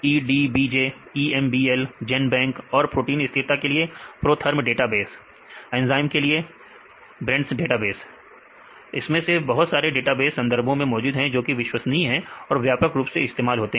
विद्यार्थी EDBJ EDBJ EMBL GenBank और protein स्थिरता के लिए प्रोथर्म डेटाबेस एंजाइम के लिए ब्रेंडा डेटाबेस इसमें से बहुत सारे डेटाबेस संदर्भों में मौजूद है जो कि विश्वसनीय है और व्यापक रूप से इस्तेमाल होते हैं